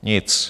Nic.